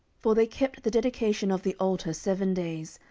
for they kept the dedication of the altar seven days,